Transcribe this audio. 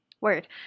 Word